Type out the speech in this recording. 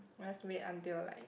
must wait until like